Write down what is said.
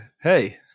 hey